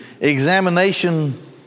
examination